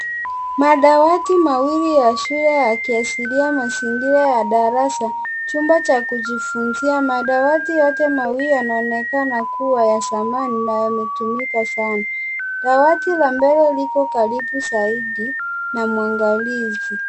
Madawati mawili ya shule yakiashiria mazingira ya darasa. chumba cha kujifunzia, madawati yote mawili yanaonekana kuwa ya zamani na yametumika sana. Dawati la mbele liko karibu zaidi, na mwangalizi.